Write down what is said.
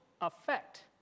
effect